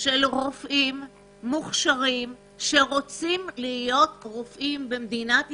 של רופאים מוכשרים שרוצים להיות רופאים במדינת ישראל,